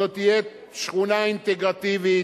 זאת תהיה שכונה אינטגרטיבית,